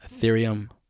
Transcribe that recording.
Ethereum